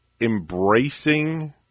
embracing